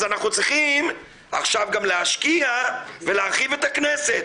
אנחנו צריכים עכשיו גם להשקיע ולהרחיב את הכנסת.